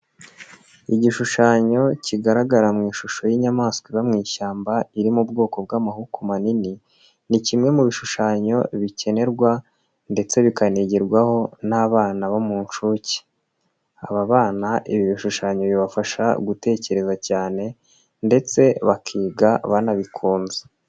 Igishushanyo kigaragara mu ishusho y'inyamaswa iba mu ishyamba iri mu bwoko bw'amahuku manini, ni kimwe mu bishushanyo bikenerwa ndetse bikanigirwaho n'abana bo mu nshuke. Aba bana ibi bishushanyo bibafasha gutekereza cyane ndetse bakiga banabikunze.